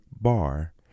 bar